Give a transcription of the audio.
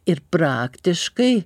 ir praktiškai